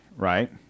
Right